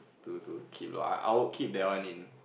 to to keep lah I would keep that one in